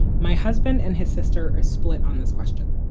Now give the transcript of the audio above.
my husband and his sister are split on this question.